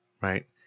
right